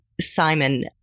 Simon